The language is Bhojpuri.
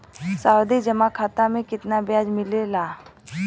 सावधि जमा खाता मे कितना ब्याज मिले ला?